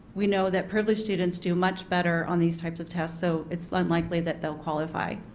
we know that privileged students do much better on these types of tests so it is unlikely that they will qualify.